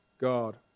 God